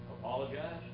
apologize